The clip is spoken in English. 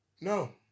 No